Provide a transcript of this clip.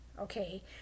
okay